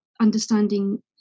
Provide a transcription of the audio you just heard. understanding